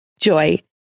Joy